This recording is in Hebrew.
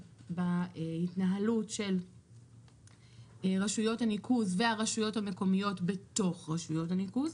בהתנהלות רשויות הניקוז והרשויות המקומיות בתוך רשויות הניקוז,